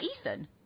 Ethan